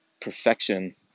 perfection